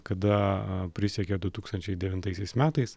kada prisiekė du tūkstančiai devintaisiais metais